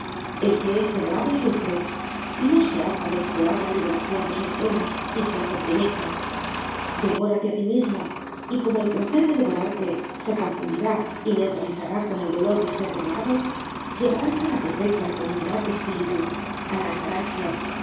el que es devorado sufre y no se harta de esperar la liberación de sus penas y se hace optimista devórate a ti mismo y como el placer de devorarte se confundirá y neutralizará con el dolor de ser devorado llegarás a la perfecta ecuanimidad de espíritu a la ataraxia